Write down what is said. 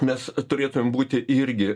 mes turėtumėm būti irgi